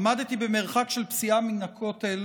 עמדתי במרחק של פסיעה מהכותל,